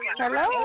hello